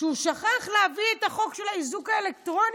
שהוא שכח להביא את החוק של האיזוק האלקטרוני,